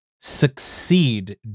succeed